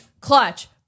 clutch